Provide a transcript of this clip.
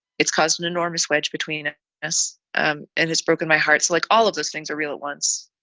it's caused an enormous wedge between us um and has broken my hearts, like all of those things are real at once.